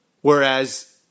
Whereas